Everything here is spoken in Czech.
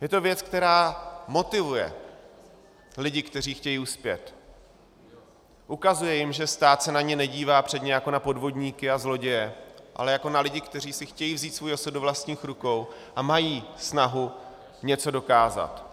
Je to věc, která motivuje lidi, kteří chtějí uspět, ukazuje jim, že stát se na ně nedívá předně jako na podvodníky a zloděje, ale jako na lidi, kteří chtějí vzít svůj osud do vlastních rukou a mají snahu něco dokázat.